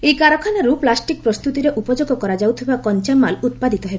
ଏହି କାରଖାନାରୁ ପ୍ଲାଷ୍ଟିକ୍ ପ୍ରସ୍ତୁତିରେ ଉପଯୋଗ କରାଯାଉଥିବା କଞାମାଲ୍ ଉପ୍ାଦିତ ହେବ